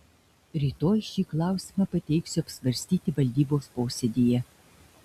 rytoj šį klausimą pateiksiu apsvarstyti valdybos posėdyje